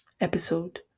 episode